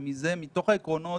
ומתוך העקרונות